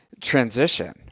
transition